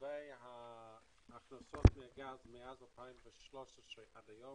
מגיע לאזרח הישראלי.